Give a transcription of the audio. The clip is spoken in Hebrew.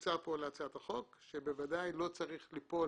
שמוצע פה להצעת החוק, שבוודאי לא צריך ליפול